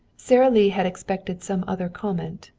sara lee had expected some other comment,